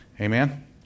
Amen